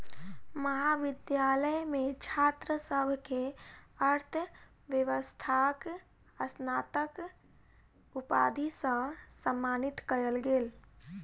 महाविद्यालय मे छात्र सभ के अर्थव्यवस्थाक स्नातक उपाधि सॅ सम्मानित कयल गेल